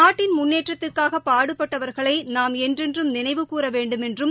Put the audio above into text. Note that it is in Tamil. நாட்டின் முன்னேற்றத்திற்காக பாடுபட்டவர்களை நாம் என்றென்றும் நினைவு கூற வேண்டுமென்றும்